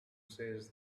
says